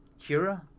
Kira